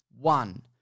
One